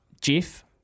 Jeff